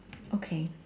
okay